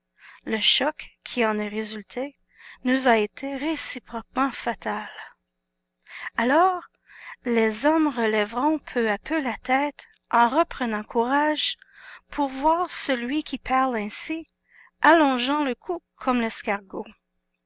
le choc qui en est résulté nous a été réciproquement fatal alors les hommes relèveront peu à peu la tête en reprenant courage pour voir celui qui parle ainsi allongeant le cou comme l'escargot